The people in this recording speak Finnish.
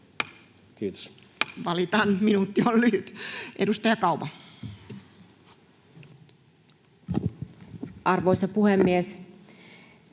Kiitos. Valitan, minuutti on lyhyt. — Edustaja Kauma. Arvoisa puhemies!